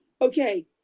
okay